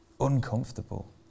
uncomfortable